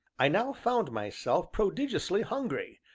i now found myself prodigiously hungry,